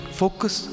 focus